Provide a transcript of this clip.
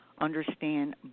understand